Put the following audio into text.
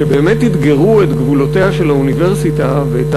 שבאמת אתגרו את גבולותיה של האוניברסיטה ואת